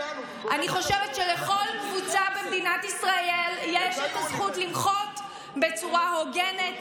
אני חושבת שלכל קבוצה במדינת ישראל יש את הזכות למחות בצורה הוגנת,